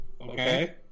Okay